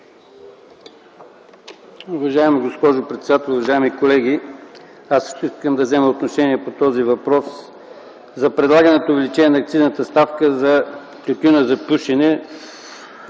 Уважаема госпожо председател, уважаеми колеги! Аз също искам да взема отношение по този въпрос - за предлаганото увеличение на акцизната ставка за тютюна за пушене.